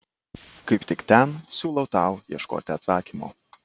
kaip tik ten siūlau tau ieškoti atsakymo